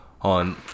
on